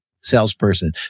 salesperson